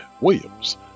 Williams